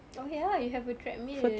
okay ah you have a treadmill